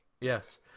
Yes